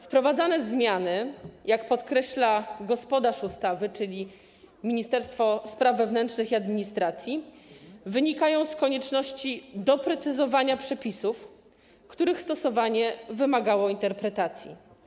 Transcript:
Wprowadzane zmiany, jak podkreśla gospodarz ustawy, czyli Ministerstwo Spraw Wewnętrznych i Administracji, wynikają z konieczności doprecyzowania przepisów, których stosowanie wymagało interpretacji.